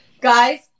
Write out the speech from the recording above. Guys